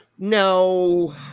No